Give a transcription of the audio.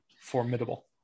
formidable